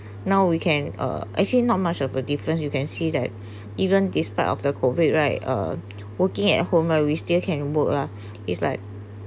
now we can uh actually not much of a difference you can see that even this part of the COVID right uh working at home we still can work lah it's like